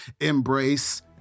Embrace